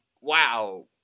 wow